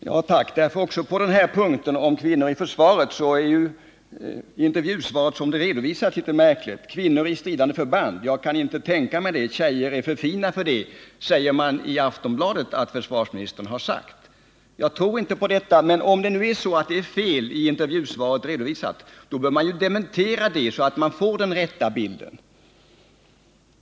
Herr talman! Tack för beskedet! Också när det gäller kvinnor i försvaret är intervjusvaret som det redovisas litet märkligt: ”Kvinnor i stridande förband —-jag kan inte tänka mig det. Tjejer är för fina för det”, säger man i Aftonbladet att försvarsministern har sagt. Jag tror inte på detta. Men om det nu är så att intervjusvaret redovisats på ett felaktigt sätt, då bör man dementera det så att vi får den rätta bilden.